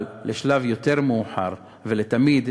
אבל לשלב יותר מאוחר ולתמיד,